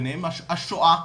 ביניהם השואה,